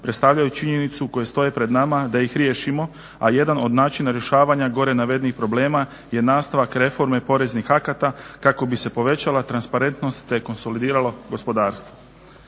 predstavljaju činjenicu koje stoje pred nama da ih riješimo, a jedan od načina rješavanja gore navedenih problema je nastavak reforme poreznih akata kako bi se povećala transparentnost te konsolidiralo gospodarstvo.